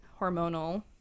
hormonal